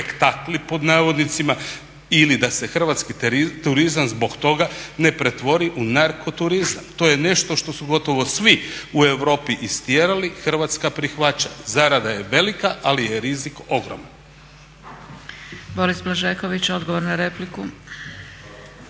ti "spektakli" ili da se hrvatski turizam zbog toga ne pretvori u narko turizam. To je nešto što su gotovo svi u Europi istjerali, Hrvatska prihvaća. Zarada je velika, ali je rizik ogroman.